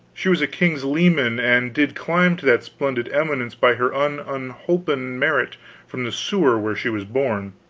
she was a king's leman and did climb to that splendid eminence by her own unholpen merit from the sewer where she was born.